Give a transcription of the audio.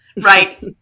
Right